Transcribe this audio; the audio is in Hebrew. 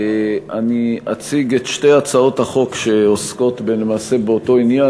אני אציג את שתי הצעות החוק שעוסקות למעשה באותו עניין.